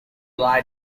lie